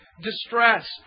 distress